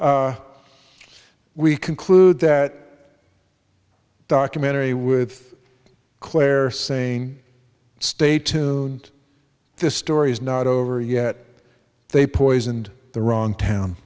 flint we conclude that documentary with claire saying stay tune this story is not over yet they poisoned the wrong town